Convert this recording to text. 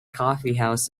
coffeehouse